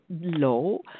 low